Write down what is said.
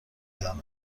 زنه